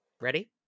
Ready